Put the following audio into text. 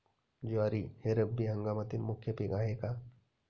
ज्वारी हे रब्बी हंगामातील मुख्य पीक आहे का?